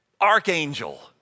archangel